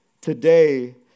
today